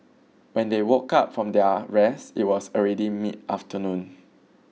when they woke up from their rest it was already mid afternoon